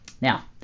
Now